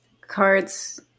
cards